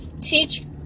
Teach